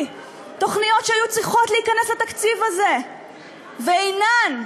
תוכניות שהיו צריכות להיכנס לתקציב הזה והן אינן,